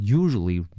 usually